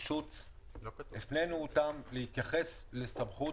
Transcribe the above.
התחנות הן תחנות פתוחות,